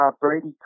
Brady